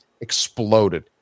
exploded